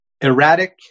erratic